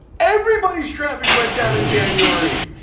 everyone's traffic went down in january.